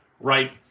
right